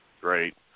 Great